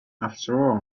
after